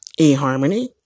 eHarmony